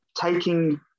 taking